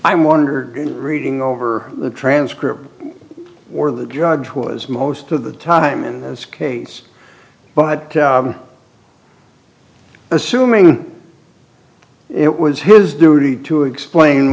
wondered reading over the transcript or the judge was most of the time in this case but assuming it was his duty to explain